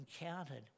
encountered